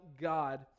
God